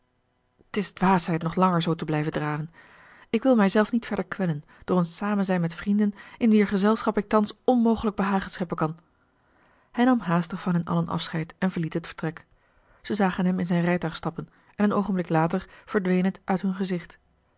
t is dwaasheid nog langer zoo te blijven dralen ik wil mijzelf niet verder kwellen door een samenzijn met vrienden in wier gezelschap ik thans onmogelijk behagen scheppen kan hij nam haastig van hen allen afscheid en verliet het vertrek zij zagen hem in zijn rijtuig stappen en een oogenblik later verdween het uit hun gezicht